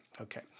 Okay